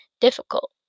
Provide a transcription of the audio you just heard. difficult